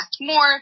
more